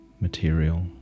material